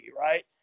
Right